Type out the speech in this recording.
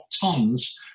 tons